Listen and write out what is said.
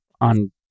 on